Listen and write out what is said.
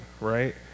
right